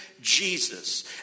Jesus